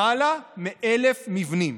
למעלה מ-1,000 מבנים,